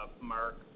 Mark